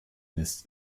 mist